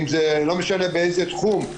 לא משנה באיזה תחום.